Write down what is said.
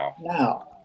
now